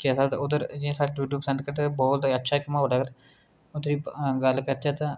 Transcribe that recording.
कैसा उद्धर जियां साढ़ै डूडू बसंतगढ़ बोह्त अच्छा इक म्हौल अगर उद्धर गल्ल करचै तां